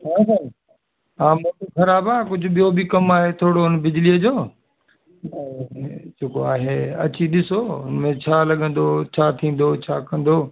हा साईं हा मोटर ख़राबु आहे कुझु ॿियों बि कमु आहे थोरो बिजलीअ जो जेको आहे अची ॾिसो हुन में छा लॻंदो छा थींदो छा कंदो